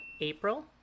April